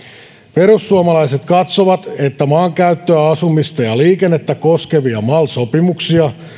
perussuomalaiset katsovat että maankäyttöä asumista ja liikennettä koskevia mal sopimuksia